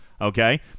okay